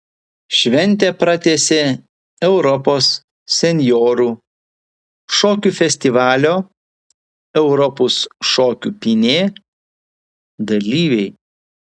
šventę pratęsė europos senjorų šokių festivalio europos šokių pynė dalyviai